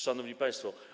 Szanowni Państwo!